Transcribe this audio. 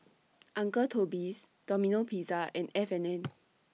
Uncle Toby's Domino Pizza and F and N